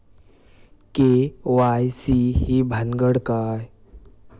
KYC ही भानगड काय?